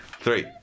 three